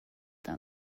down